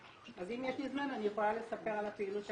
אז אם יש לי זמן אני אוכל לספר על הפעילות של